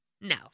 No